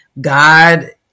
God